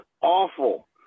awful